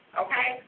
okay